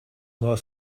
more